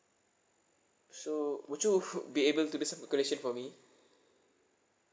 so would you be able to do some calculation for me